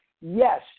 Yes